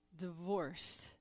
divorced